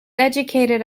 educated